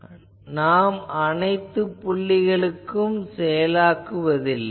ஆனால் நாம் அனைத்து புள்ளிகளுக்கும் செயலாக்குவதில்லை